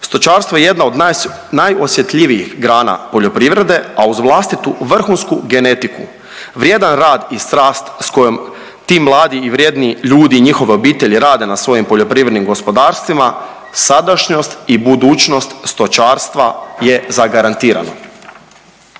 Stočarstvo je jedna od najosjetljivijih grana poljoprivrede, a uz vlastitu vrhunsku genetiku vrijedan rad i strast s kojom ti mladi i vrijedni ljudi i njihove obitelji rade svojim poljoprivrednim gospodarstvima, sadašnjost i budućnost stočarstva je zagarantirana.